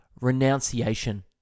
renunciation